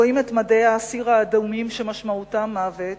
רואים את מדי האסיר האדומים שמשמעותם מוות,